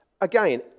Again